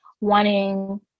wanting